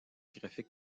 graphique